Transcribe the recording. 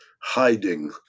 hiding